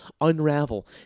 unravel